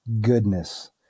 goodness